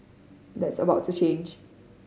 that is about to change